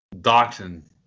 dachshund